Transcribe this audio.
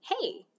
Hey